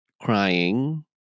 crying